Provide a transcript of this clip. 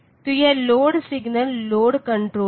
तो यह load signal load control है